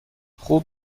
خوب